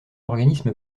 organisme